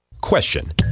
Question